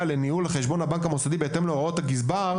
לניהול חשבון הבנק המוסדי בהתאם להוראות הגזבר",